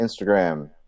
Instagram